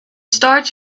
start